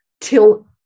till